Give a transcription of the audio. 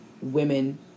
women